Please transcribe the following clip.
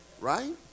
Right